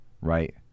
right